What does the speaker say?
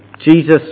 Jesus